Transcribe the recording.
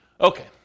Okay